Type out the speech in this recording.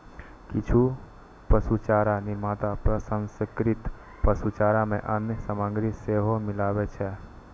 किछु पशुचारा निर्माता प्रसंस्कृत पशुचारा मे अन्य सामग्री सेहो मिलबै छै